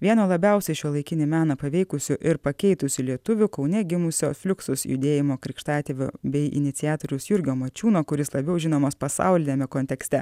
vieno labiausiai šiuolaikinį meną paveikusių ir pakeitusių lietuvių kaune gimusio fliuksus judėjimo krikštatėvio bei iniciatoriaus jurgio mačiūno kuris labiau žinomas pasauliniame kontekste